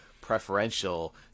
preferential